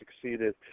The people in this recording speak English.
succeeded